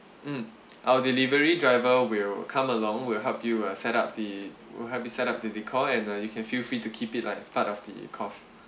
mm our delivery driver will come along we'll help you uh set up the we'll help you set up the decor~ and uh you can feel free to keep it lah it's part of the course